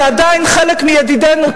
שעדיין חלק מידידינו,